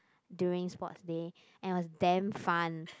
during sports day and it was damn fun